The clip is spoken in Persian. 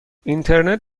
اینترنت